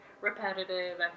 repetitive